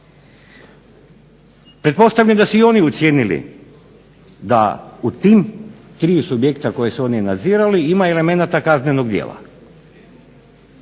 Pretpostavljam da su oni ocijenili da u tim tri subjekta koja su oni nadzirali ima elemenata kaznenog djela.